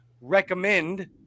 recommend